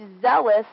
zealous